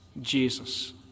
Jesus